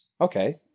Okay